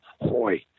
Hoy